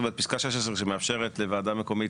זאת אומרת פסקה 16 שמאפשרת לוועדה מקומית